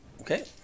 Okay